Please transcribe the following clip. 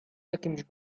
jakimś